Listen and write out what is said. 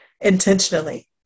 intentionally